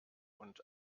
und